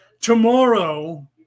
tomorrow